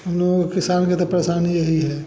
हम लोगों को किसान के तो परेशानी यही है